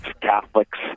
Catholics